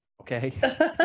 Okay